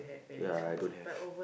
ya I don't have